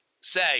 say –